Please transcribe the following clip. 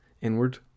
inward